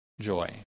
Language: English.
joy